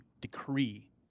decree